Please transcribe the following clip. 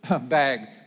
bag